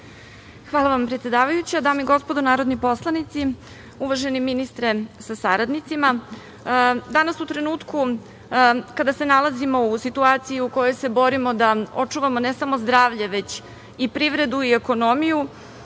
Hvala vam predsedavajuća. Dame i gospodo narodni poslanici, uvaženi ministre sa saradnicima, danas u trenutku kada se nalazimo u situaciji u kojoj se borimo da očuvamo ne samo zdravlje, već i privredu i ekonomiju,